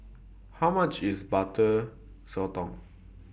How much IS Butter Sotong